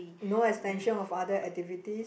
no extension of other activities